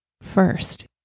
First